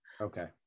Okay